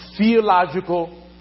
theological